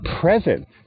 present